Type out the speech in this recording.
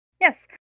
Yes